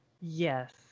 Yes